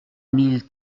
mille